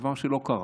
דבר שלא קרה.